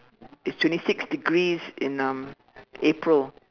it's twenty six degrees in um April